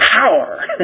power